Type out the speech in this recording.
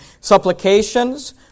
Supplications